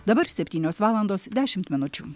dabar septynios valandos dešimt minučių